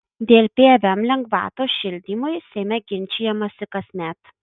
dėl pvm lengvatos šildymui seime ginčijamasi kasmet